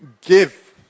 give